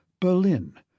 Berlin